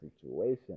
situation